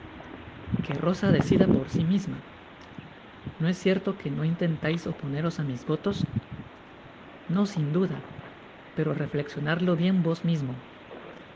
qué rosa decida por si misma no es cierto que no intentais oponeros á mis votos i no sin duda pero reflecsionadlo bien vos mismo